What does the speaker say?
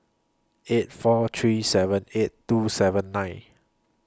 eight four three seven eight two seven nine